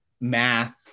math